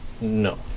No